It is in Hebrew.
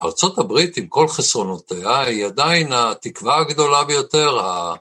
ארצות הברית, עם כל חסרונותיה, היא עדיין התקווה הגדולה ביותר.